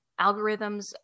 Algorithms